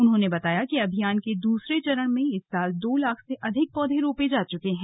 उन्होंने बताया कि अभियान के दूसरे चरण में इस साल दो लाख से अधिक पौधे रोपे जा चुके हैं